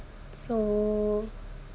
so